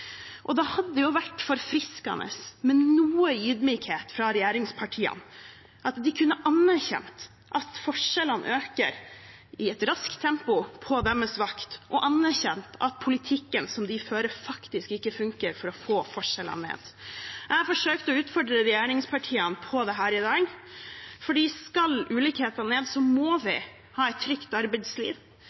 men da må man faktisk ha en politikk som fører til det. Dagens politikk fra regjeringen funker ikke. Forskjellene i Norge øker. Det hadde vært forfriskende med noe ydmykhet fra regjeringspartiene, at de kunne anerkjent at forskjellene øker i raskt tempo på deres vakt, og at politikken de fører, faktisk ikke funker for å få forskjellene ned. Jeg har forsøkt å utfordre regjeringspartiene på dette i dag. Skal ulikhetene ned, må vi ha et